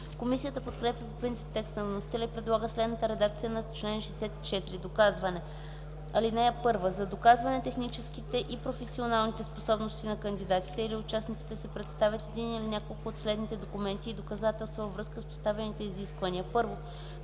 Комисията подкрепя по принцип текста на вносителя и предлага следната редакция на чл. 64: „Доказване Чл. 64. (1) За доказване на техническите и професионалните способности на кандидатите или участниците се представят един или няколко от следните документи и доказателства, във връзка с поставените изисквания: 1.